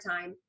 time